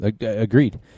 Agreed